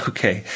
Okay